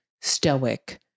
stoic